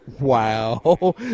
wow